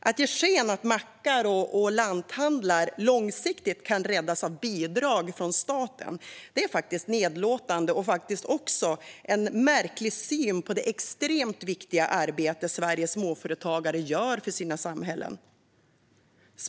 Att ge sken av att mackar och lanthandlar långsiktigt kan räddas genom bidrag från staten är nedlåtande och en märklig syn på det extremt viktiga arbete som Sveriges småföretagare gör för sina samhällen.